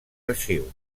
arxius